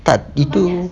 tak itu